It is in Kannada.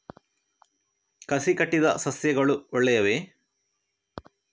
ಕಸಿ ಕಟ್ಟಿದ ಸಸ್ಯಗಳು ಒಳ್ಳೆಯವೇ?